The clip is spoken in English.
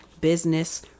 business